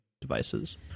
devices